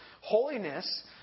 Holiness